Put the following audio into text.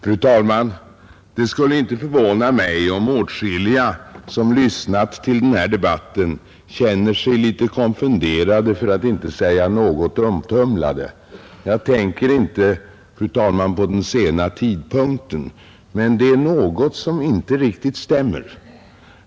Fru talman! Det skulle inte förvåna mig om åtskilliga som lyssnat till den här debatten känner sig litet konfunderade, för att inte säga något omtumlade. Jag tänker inte, fru talman, på den sena tidpunkten, men det är något som inte riktigt stämmer.